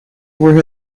were